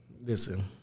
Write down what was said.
Listen